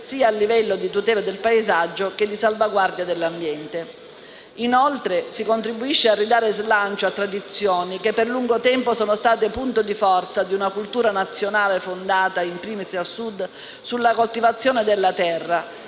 a livello sia di tutela del paesaggio, che di salvaguardia dell'ambiente. Inoltre, si contribuisce a ridare slancio a tradizioni che per lungo tempo sono state punto di forza di una cultura nazionale fondata, *in primis* al Sud, sulla coltivazione della terra,